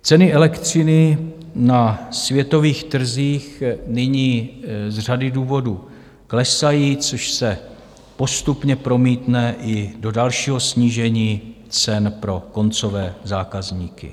Ceny elektřiny na světových trzích nyní z řady důvodů klesají, což se postupně promítne i do dalšího snížení cen pro koncové zákazníky.